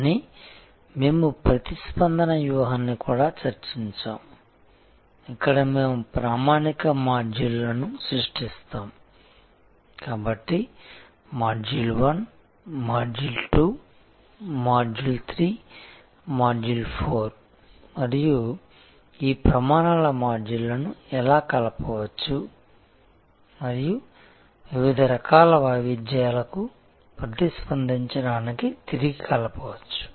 కానీ మేము ప్రతిస్పందన వ్యూహాన్ని కూడా చర్చించాము ఇక్కడ మేము ప్రామాణిక మాడ్యూల్లను సృష్టిస్తాము కాబట్టి మాడ్యూల్ 1 మాడ్యూల్ 2 మాడ్యూల్ 3 మాడ్యూల్ 4 మరియు ఈ ప్రమాణాల మాడ్యూల్లను ఎలా కలపవచ్చు మరియు వివిధ రకాల వైవిధ్యాలకు ప్రతిస్పందించడానికి తిరిగి కలపవచ్చు